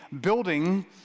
building